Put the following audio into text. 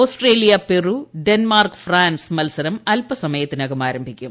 Australia Peru Denmark France മത്സരം അൽപസമയത്തിനകം ആരംഭിക്കും